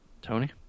Tony